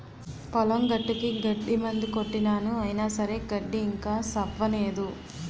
పొలం గట్టుకి గడ్డి మందు కొట్టినాను అయిన సరే గడ్డి ఇంకా సవ్వనేదు